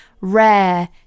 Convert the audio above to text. rare